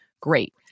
Great